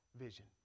vision